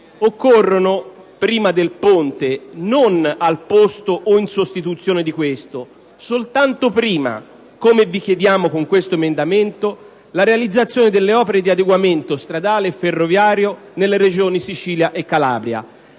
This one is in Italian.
Occorre prima del ponte - non al posto o in sostituzione di questo: soltanto prima, come vi chiediamo con questo emendamento - la realizzazione delle opere di adeguamento stradale e ferroviario nelle Regioni Sicilia e Calabria.